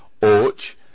Orch